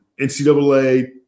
NCAA